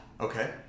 Okay